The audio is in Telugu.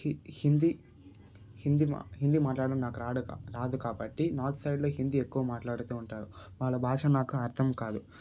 హి హిందీ హిందీ మా హిందీ మాట్లాడడం నాకు రాదు రాదు కాబట్టి నార్త్ సైడ్లో హిందీ ఎక్కువ మాట్లాడుతు ఉంటారు వాళ్ళ భాష నాకు అర్ధం కాదు